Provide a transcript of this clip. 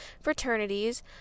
fraternities